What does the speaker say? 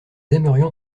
aimerions